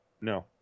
No